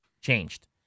changed